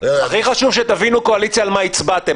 חשוב שתבינו קואליציה על מה הצבעתם.